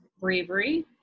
bravery